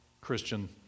Christian